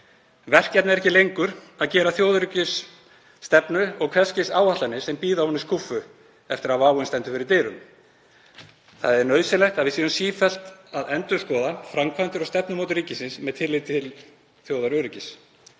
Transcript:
Verkefnið er ekki lengur að gera þjóðaröryggisstefnu og hvers kyns áætlanir sem bíða ofan í skúffu þegar váin stendur fyrir dyrum. Það er nauðsynlegt að við séum sífellt að endurskoða framkvæmdir og stefnumótun ríkisins með tilliti til þjóðaröryggis.